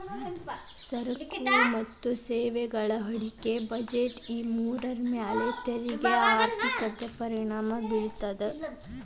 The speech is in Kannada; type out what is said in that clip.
ಸರಕು ಮತ್ತ ಸೇವೆಗಳ ಹೂಡಿಕೆ ಬಜೆಟ್ ಈ ಮೂರರ ಮ್ಯಾಲೆ ತೆರಿಗೆ ಆರ್ಥಿಕತೆ ಪರಿಣಾಮ ಬೇರ್ತದ